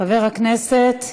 חבר הכנסת חאג'